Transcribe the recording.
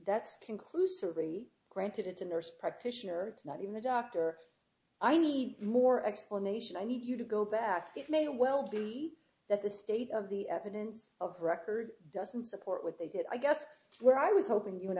that's conclusory granted it's a nurse practitioner it's not even a doctor i need more explanation i need you to go back it may well be that the state of the evidence of record doesn't support what they did i guess where i was hoping you and